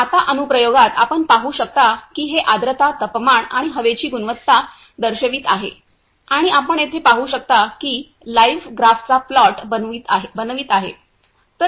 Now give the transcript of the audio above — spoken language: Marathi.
आता अनुप्रयोगात आपण पाहू शकता की हे आर्द्रता तापमान आणि हवेची गुणवत्ता दर्शवित आहे आणि आपण येथे पाहू शकता की लाईव्ह ग्राफचा प्लॉट बनवित आहे